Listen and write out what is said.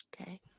Okay